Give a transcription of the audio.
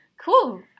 Cool